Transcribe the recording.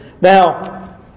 Now